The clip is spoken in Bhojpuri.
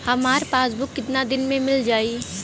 हमार पासबुक कितना दिन में मील जाई?